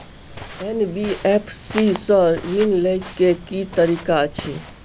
NBFC सँ ऋण लय केँ की तरीका अछि?